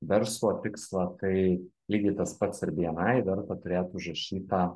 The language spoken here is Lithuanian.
verslo tikslą tai lygiai tas pats ir bni verta turėt užrašytą